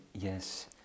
yes